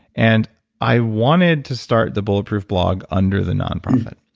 and i wanted to start the bulletproof blog under the non-profit.